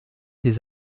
des